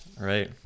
Right